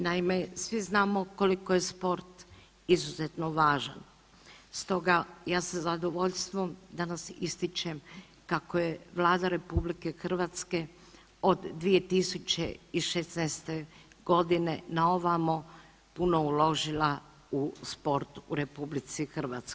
Naime, svi znamo koliko je sport izuzetno važan, stoga ja sa zadovoljstvom danas ističem kako je Vlada RH od 2016.g. na ovamo puno uložila u sport u RH.